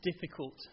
difficult